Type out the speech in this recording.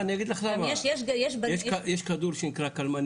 לא, אני אגיד לך למה, יש כדור שנקרא קלמנרווין,